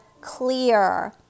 clear